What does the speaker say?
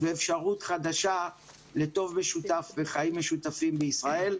ואפשרות חדשה לטוב משותף וחיים משותפים בישראל.